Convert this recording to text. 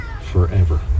forever